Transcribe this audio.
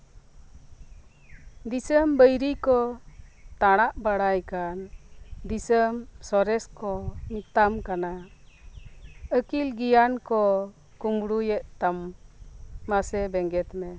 ᱫᱤᱥᱚᱢ ᱵᱟᱭᱨᱤ ᱠᱚ ᱛᱟᱬᱟᱜ ᱵᱟᱲᱟᱭ ᱠᱟᱱ ᱫᱤᱥᱚᱢ ᱥᱚᱨᱮᱥ ᱠᱚ ᱢᱮᱛᱟᱢ ᱠᱟᱱᱟ ᱟᱹᱠᱤᱞ ᱜᱮᱭᱟᱱ ᱠᱚ ᱠᱩᱸᱵᱽᱲᱩᱭᱮᱫ ᱛᱟᱢ ᱢᱟᱥᱮ ᱵᱮᱸᱜᱮᱫ ᱢᱮ